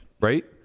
Right